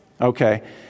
Okay